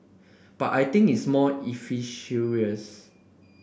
but I think it's more efficacious